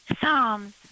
Psalms